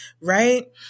right